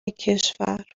کشور